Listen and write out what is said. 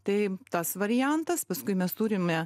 tai tas variantas paskui mes turime